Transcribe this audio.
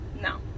No